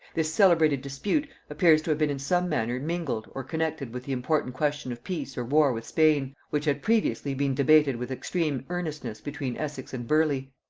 this celebrated dispute appears to have been in some manner mingled or connected with the important question of peace or war with spain, which had previously been debated with extreme earnestness between essex and burleigh.